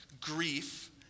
grief